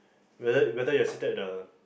whether whether you are seated at the